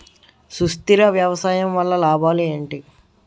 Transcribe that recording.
సుస్థిర వ్యవసాయం వల్ల లాభాలు ఏంటి?